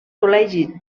col·legi